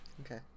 Okay